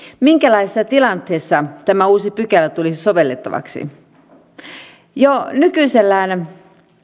minkälaisessa tilanteessa tämä uusi pykälä tulisi sovellettavaksi jo nykyisellään